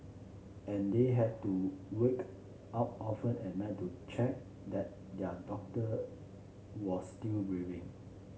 and they had to wake up often at night to check that their doctor were still breathing